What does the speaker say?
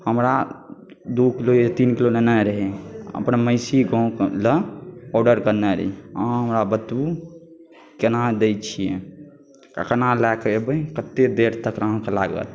हमरा दू किलो या तीन किलो लेनाइ रहै अपन महिषी गाँवलए ऑडर करने रहिए अहाँ हमरा बतबू कोना दै छिए कोना लऽ कऽ अएबै कतेक देर तक अहाँके लागत